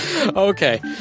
okay